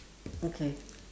okay